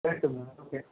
ரைட்டும்மா okay